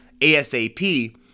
ASAP